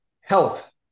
health